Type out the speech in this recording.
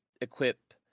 equip